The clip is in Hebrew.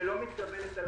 ולא מתקבלת על הדעת.